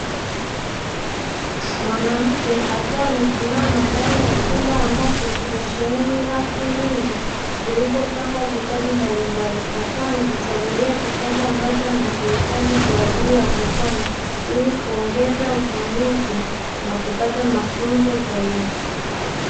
Mwanamke akiwa amesimama ndani ya chumba ambacho kimesheheni rafu nyingi zilizopangwa vitabu mbalimbali, akiwa anajichagulia kitabu ambacho anakihitaji kwa ajili ya kusoma, ili kuongeza ufanisi na kupata mafunzo zaidi.